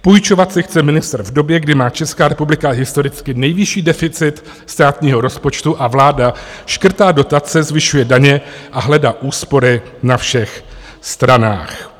Půjčovat si chce ministr v době, kdy má Česká republika historicky nejvyšší deficit státního rozpočtu a vláda škrtá dotace, zvyšuje daně a hledá úspory na všech stranách.